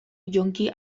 jonki